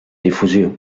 difusió